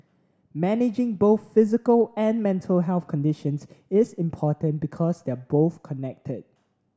managing both physical and mental health conditions is important because they are both connected